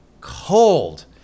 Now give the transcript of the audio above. cold